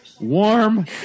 warm